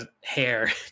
hair